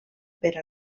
per